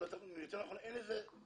או יותר נכון אין כללים